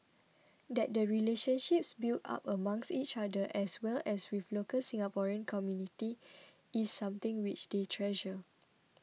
that the relationships built up amongst each other as well as with local Singaporean community is something which they treasure